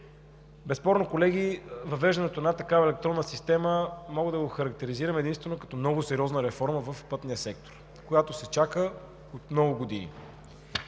Безспорно, колеги, въвеждането на една такава електронна система мога да го охарактеризирам единствено като много сериозна реформа в пътния сектор, която се чака от много години.